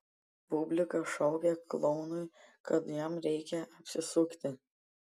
publika šaukė klounui kad jam reikia apsisukti